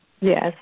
yes